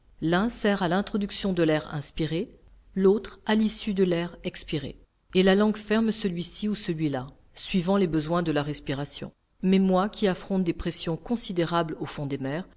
sert à l'introduction de l'air inspiré l'autre à l'issue de l'air expiré et la langue ferme celui-ci ou celui-là suivant les besoins de la respiration mais moi qui affronte des pressions considérables au fond des mers